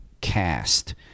cast